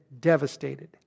devastated